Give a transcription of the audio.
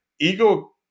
ego